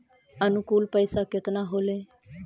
अनुकुल पैसा केतना होलय